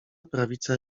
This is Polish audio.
prawica